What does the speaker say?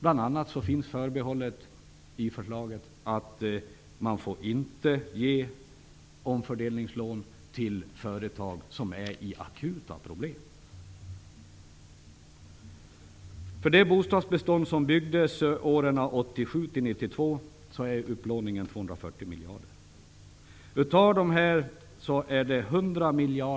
I förslaget finns bl.a. ett förbehåll om att man inte får ge omfördelningslån till företag som har akuta problem. Upplåningen är 240 miljarder för det bostadsbestånd som byggdes mellan åren 1987 och 1992.